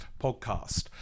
podcast